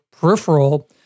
peripheral